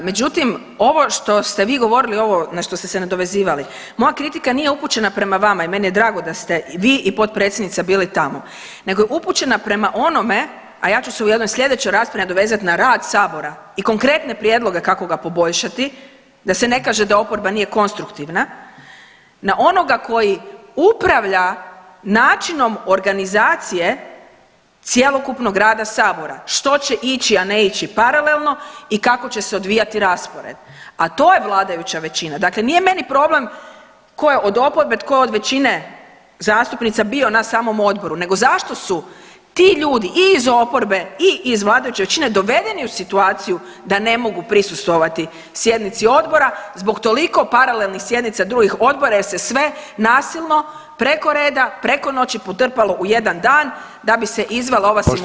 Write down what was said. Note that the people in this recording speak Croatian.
Međutim, ovo što ste vi govorili, ovo na što ste se nadovezivali, moja kritika nije upućena prema vama i meni je drago da ste i vi i potpredsjednica bili tamo, nego je upućena prema onome, a ja ću se u jednoj slijedećoj raspravi nadovezat na rad sabora i konkretne prijedloge kako ga poboljšati da se ne kaže da oporba nije konstruktivna, na onoga koji upravlja načinom organizacije cjelokupnog rada sabora što će ići, a ne ići paralelno i kako će se odvijati raspored, a to je vladajuća većina, dakle nije meni problem ko je od oporbe, tko je od većine zastupnica bio na samom odboru nego zašto su ti ljudi i iz oporbe i iz vladajuće većine dovedeni u situaciju da ne mogu prisustvovati sjednici odbora zbog toliko paralelnih sjednica drugih odbora jer se sve nasilno preko reda, preko noći potrpalo u jedan dan da bi se izvela ova simutanta oko smjene ministara.